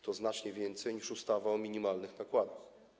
To znaczenie więcej niż ustawa o minimalnych nakładach.